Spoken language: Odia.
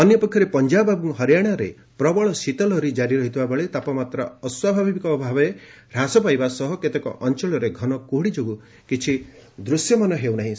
ଅନ୍ୟପକ୍ଷରେ ପଞ୍ଜାବ ଏବଂ ହରିଆଣାରେ ପ୍ରବଳ ଶୀତ ଲହରୀ ଜାରି ରହିଥିବା ବେଳେ ତାପମାତ୍ରା ଅସ୍ୱାଭାବିକ ଭାବେ ହ୍ରାସ ପାଇବା ସହ କେତେକ ଅଞ୍ଚଳରେ ଘନ କୁହୁଡ଼ି ଯୋଗୁଁ କିଛି ଦୂଶ୍ୟମାନ ହେଉନାହିଁ